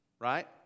right